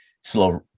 slow